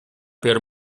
per